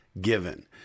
given